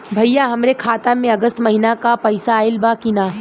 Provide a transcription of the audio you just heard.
भईया हमरे खाता में अगस्त महीना क पैसा आईल बा की ना?